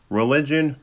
religion